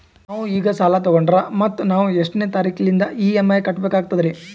ನಾವು ಈಗ ಸಾಲ ತೊಗೊಂಡ್ರ ಮತ್ತ ನಾವು ಎಷ್ಟನೆ ತಾರೀಖಿಲಿಂದ ಇ.ಎಂ.ಐ ಕಟ್ಬಕಾಗ್ತದ್ರೀ?